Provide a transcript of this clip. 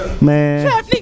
Man